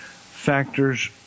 factors